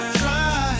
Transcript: try